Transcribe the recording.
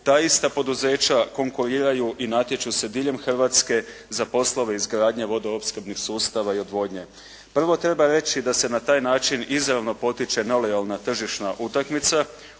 ta ista poduzeća konkuriraju i natječu se diljem Hrvatske za poslove izgradnje vodoopskrbnih sustava i odvodnje. Prvo treba reći da se na taj način izravno potiče nelojalna tržišna utakmica